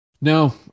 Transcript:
No